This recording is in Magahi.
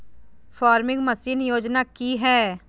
फार्मिंग मसीन योजना कि हैय?